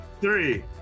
Three